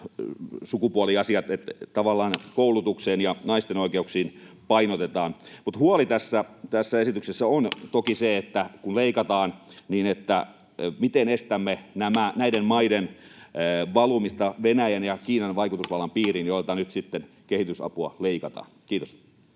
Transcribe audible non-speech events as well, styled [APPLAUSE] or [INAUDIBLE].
koputtaa] eli koulutukseen ja naisten oikeuksiin painotetaan. Mutta huoli tässä esityksessä on toki se, [NOISE] että kun leikataan, niin miten estämme näiden maiden valumista Venäjän ja Kiinan vaikutusvallan piiriin, [NOISE] joilta nyt sitten kehitysapua leikataan. — Kiitos.